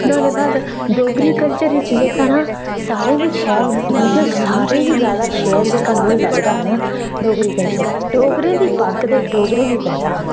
नुआढ़े बाद डोगरी कल्चर च जेहका नां सारे गी शैल मतलब सारे गी शैल जेहका मी लगदा ऐ डोगरी कल्चर डोगरें दी पग्ग ते डोगरें दी पहचान